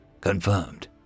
Confirmed